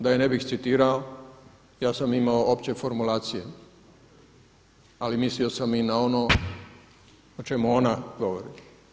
Da je ne bih citirao ja sam imao opće formulacije ali mislio sam i na ono o čemu ona govori.